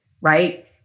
right